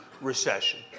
recession